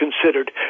considered